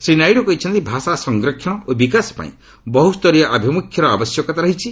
ଶ୍ରୀ ନାଇଡୁ କହିଛନ୍ତି ଭାଷା ସଫରକ୍ଷଣ ଓ ବିକାଶ ପାଇଁ ବହୁସ୍ତରୀୟ ଆଭିମୁଖ୍ୟର ଆବଶ୍ୟକତା ରହିଛି